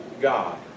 God